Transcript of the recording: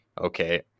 okay